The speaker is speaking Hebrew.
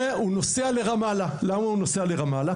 -- והוא נוסע לרמאללה, למה רמאללה?